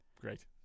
great